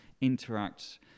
interact